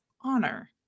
honor